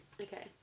Okay